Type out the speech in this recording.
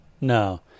No